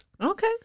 Okay